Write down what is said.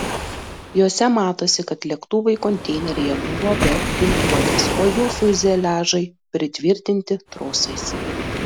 jose matosi kad lėktuvai konteineryje buvo be ginkluotės o jų fiuzeliažai pritvirtinti trosais